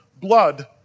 blood